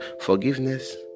forgiveness